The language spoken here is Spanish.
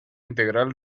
integral